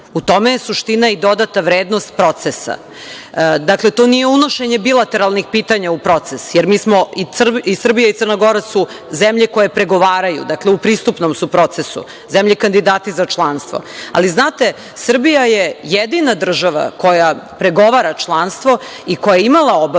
tome je suština i dodata vrednost procesa. Dakle, to nije unošenje bilateralnih pitanja u proces, jer mi smo, dakle i Srbija i Crna Gora su zemlje koje pregovaraju, dakle, u pristupnom su procesu, zemlje kandidati za članstvo. Ali, znate Srbija je jedina država koja pregovara članstvo i koja je imala obavezu,